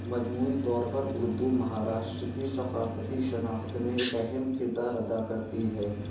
مجموعی طور پر اردو مہاراشٹر کی ثقافتی شناخت میں ایک اہم کردار ادا کرتی ہے